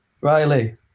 Riley